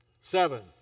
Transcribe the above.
Seven